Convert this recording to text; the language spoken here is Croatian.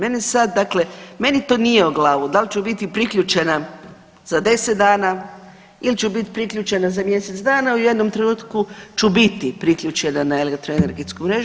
Mene sad, dakle meni to nije o glavu da li ću biti priključena za 10 dana ili ću biti priključena za 10 dana u jednom trenutku ću biti priključena na elektroenergetsku mrežu.